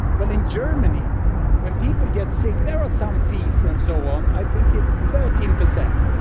well, in germany when people get sick there are some fees and so on, i think it's thirteen percent.